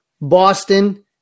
Boston